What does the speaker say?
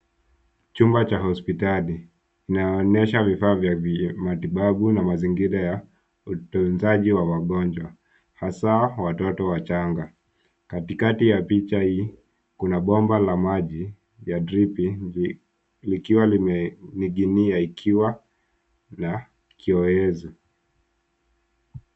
Chumba cha hospitali inaonesha vifaa vya matibabu na mazingira ya utunzaji wa wagonjwa, hasa watoto wachanga. Katikati ya picha hii kuna bomba la maji ya dripi likiwa lime ning'inia ikiwa na kioezi.